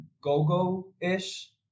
go-go-ish